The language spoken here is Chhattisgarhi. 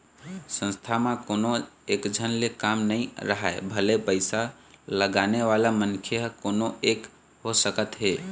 संस्था म कोनो एकझन ले काम नइ राहय भले पइसा लगाने वाला मनखे ह कोनो एक हो सकत हे